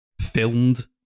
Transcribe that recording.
filmed